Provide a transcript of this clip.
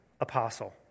apostle